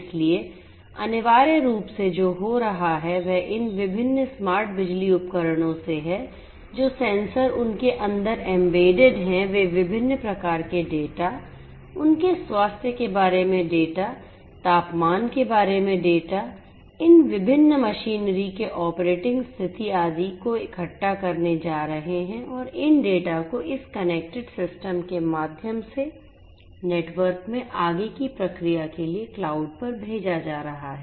इसलिए अनिवार्य रूप से जो हो रहा है वह इन विभिन्न स्मार्ट बिजली उपकरणों से है जो सेंसर उनके अंदर एम्बेडेड हैं वे विभिन्न प्रकार के डेटा उनके स्वास्थ्य के बारे में डेटा तापमान के बारे में डेटा इन विभिन्न मशीनरी के ऑपरेटिंग स्थिति आदि को इकट्ठा करने जा रहे हैं और इन डेटा को इस कनेक्टेड सिस्टम के माध्यम से नेटवर्क में आगे की प्रक्रिया के लिए क्लाउड पर भेजा जा रहा है